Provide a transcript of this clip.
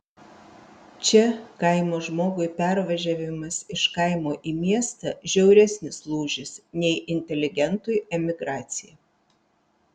čia kaimo žmogui pervažiavimas iš kaimo į miestą žiauresnis lūžis nei inteligentui emigracija